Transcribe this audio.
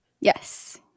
Yes